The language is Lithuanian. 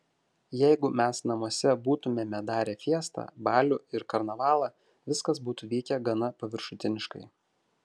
jeigu mes namuose būtumėme darę fiestą balių ir karnavalą viskas būtų vykę gana paviršutiniškai